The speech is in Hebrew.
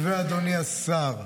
ואדוני השר,